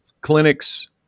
clinics